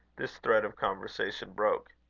this thread of conversation broke.